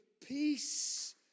peace